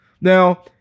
Now